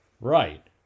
Right